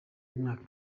imyaka